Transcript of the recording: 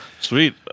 Sweet